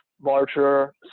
larger